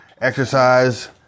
Exercise